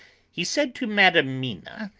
he said to madam mina,